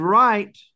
right